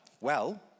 Well